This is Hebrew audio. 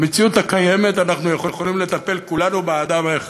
במציאות הקיימת אנחנו יכולים לטפל כולנו באדם האחד,